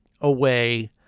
away